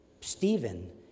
Stephen